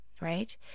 right